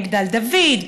מגדל דוד,